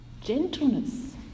gentleness